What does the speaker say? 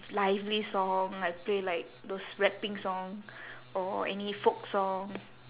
lively song like play like those rapping song or any folk song